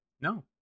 No